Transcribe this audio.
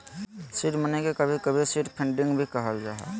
seed money के कभी कभी सीड फंडिंग भी कहल जा हय